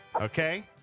okay